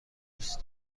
دوست